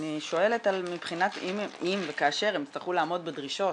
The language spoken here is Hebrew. אני שואלת מבחינת אם וכאשר הם יצטרכו לעמוד בדרישות